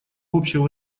общего